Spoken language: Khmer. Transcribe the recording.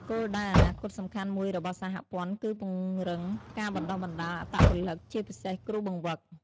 គោលដៅអនាគតសំខាន់មួយរបស់សហព័ន្ធគឺពង្រឹងការបណ្ដុះបណ្ដាលអត្តពលិក ជាពិសេសគ្រូបង្វឹក។